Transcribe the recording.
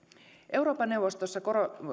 euroopan neuvostossa